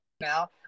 now